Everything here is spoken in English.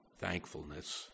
thankfulness